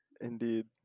Indeed